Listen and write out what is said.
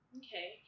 okay